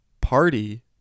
party